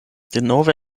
denove